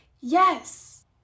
Yes